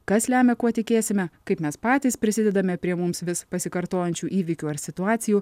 kas lemia kuo tikėsime kaip mes patys prisidedame prie mums vis pasikartojančių įvykių ar situacijų